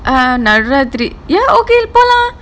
uh நடுராத்திரி:naduraathiri ya okay போலாம்:polaam